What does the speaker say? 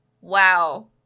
Wow